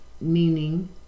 meaning